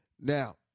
Now